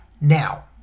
Now